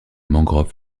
mangrove